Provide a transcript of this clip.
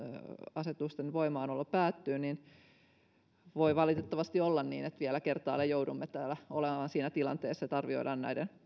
asetusten voimassaolo päättyy niin voi valitettavasti olla niin että vielä kertaalleen joudumme täällä olemaan siinä tilanteessa että arvioidaan näiden